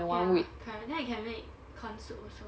ya correct then I can make corn soup also